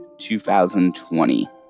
2020